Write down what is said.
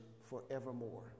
forevermore